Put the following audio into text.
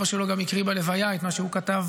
אבא שלו גם הקריא בלוויה את מה שהוא כתב